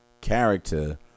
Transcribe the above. character